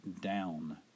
down